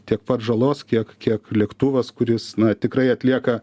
tiek pat žalos kiek kiek lėktuvas kuris na tikrai atlieka